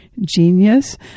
genius